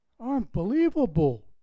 Unbelievable